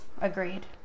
Agreed